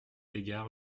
égard